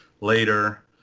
later